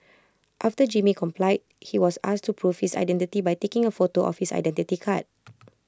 after Jimmy complied he was asked to prove his identity by taking A photo of his Identity Card